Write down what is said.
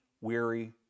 weary